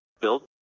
Bill